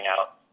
out